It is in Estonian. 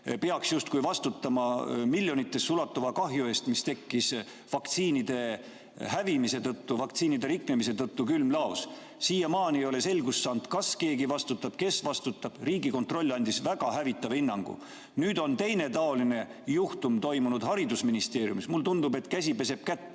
peaks justkui vastutama miljonitesse ulatuva kahju eest, mis tekkis vaktsiinide hävimise tõttu, vaktsiinide riknemise tõttu külmlaos. Siiamaani ei ole selgust saanud, kas keegi vastutab, kes vastutab. Riigikontroll andis väga hävitava hinnangu. Nüüd on teine taoline juhtum toimunud haridusministeeriumis. Mulle tundub, et käsi peseb kätt.